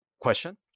question